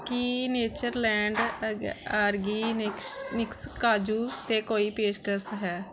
ਕੀ Natureland ਅਗੈ organics ਨਿਕਸ ਕਾਜੂ 'ਤੇ ਕੋਈ ਪੇਸ਼ਕਸ਼ ਹੈ